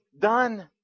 done